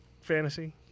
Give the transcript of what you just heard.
fantasy